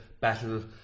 battle